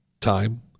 time